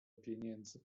pieniędzy